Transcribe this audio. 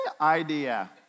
idea